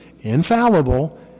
infallible